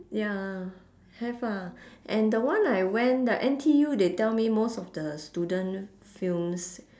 ya lah have lah and the one I went the N_T_U they tell me most of the student films